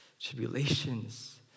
tribulations